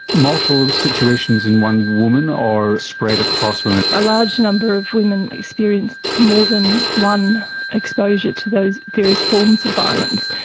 multiple situations in one woman or spread across women? a large number of women experienced more than one exposure to those various forms of violence.